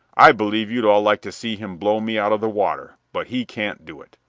i believe you'd all like to see him blow me out of the water, but he can't do it.